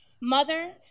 mother